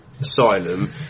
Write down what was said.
Asylum